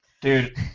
Dude